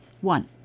One